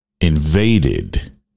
invaded